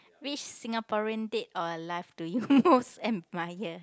which Singaporean dead or alive do you most admire